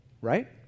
right